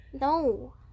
no